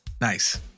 Nice